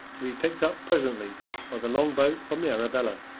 to be picked up presently by the longboat from the arabella.